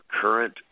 current